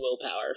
willpower